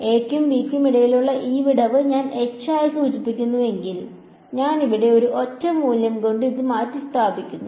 a യ്ക്കും b യ്ക്കും ഇടയിലുള്ള ഈ വിടവ് ഞാൻ h ആയി സൂചിപ്പിക്കുന്നുവെങ്കിൽ ഞാൻ ഇവിടെ ഒരു ഒറ്റ മൂല്യം കൊണ്ട് ഇത് മാറ്റിസ്ഥാപിക്കുന്നു